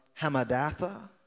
Hamadatha